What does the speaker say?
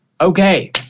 okay